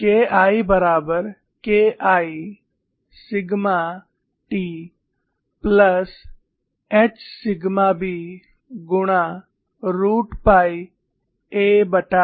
KI बराबर KI sigma t plus H sigma b गुणा root pi aQ